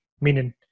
meaning